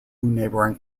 neighbouring